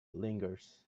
lingers